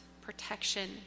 protection